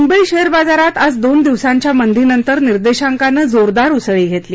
Mumbai share बाजारात आज दोन दिवसांच्या मंदीनंतर निर्देशांकानं जोरदार उसळी घेतली